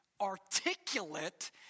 articulate